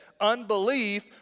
unbelief